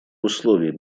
условий